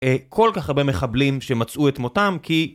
כל כך הרבה מחבלים שמצאו את מותם כי